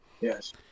yes